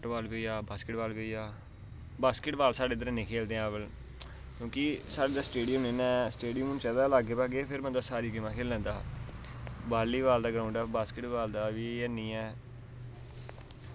football वी होई गेआ बॉस्केटबॉल वी होई गेआ बॉस्केटबॉल साढ़े इद्धर हैनी खेल्लदे हैन क्युंकि साढ़े इद्धर स्टेडियम निं ना ऐ स्टेडियम चाहिदा लाग्गे भागे फिर बंदा सारियां गेमां खेल्ली लैंदा बॉलीबॉल दा ग्राऊंड ऐ बॉस्केटबॉल दा वी हैनी ऐ